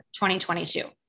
2022